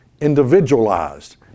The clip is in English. individualized